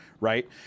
right